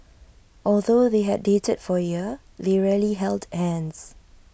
although they had dated for A year they rarely held hands